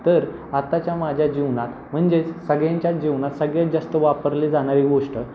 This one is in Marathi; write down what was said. तर आताच्या माझ्या जीवनात म्हणजेच सगळ्यांच्याच जीवनात सगळ्यात जास्त वापरली जाणारी गोष्ट